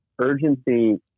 urgency